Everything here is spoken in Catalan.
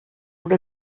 una